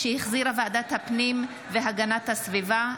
שהחזירה ועדת הפנים והגנת הסביבה,